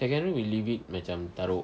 second room is macam taruk